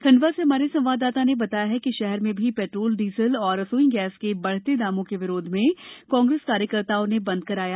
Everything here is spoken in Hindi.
खंडवा से हमारे संवाददाता ने बताया है कि शहर में भी पेट्रोलडीजल और रसोई गैस के बढ़ते दामों के विरोध में में कांग्रेस कार्यकर्ताओं ने बंद कराया